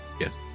Yes